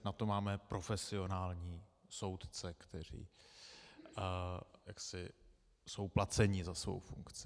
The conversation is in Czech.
Na to máme profesionální soudce, kteří jsou placeni za svou funkci.